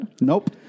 nope